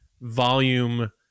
volume